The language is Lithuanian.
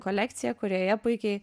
kolekciją kurioje puikiai